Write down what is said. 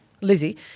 Lizzie